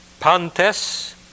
Pantes